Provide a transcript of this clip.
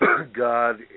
God